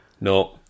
No